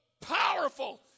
powerful